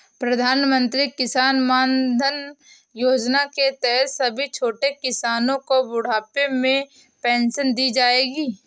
प्रधानमंत्री किसान मानधन योजना के तहत सभी छोटे किसानो को बुढ़ापे में पेंशन दी जाएगी